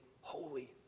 holy